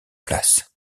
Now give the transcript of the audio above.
place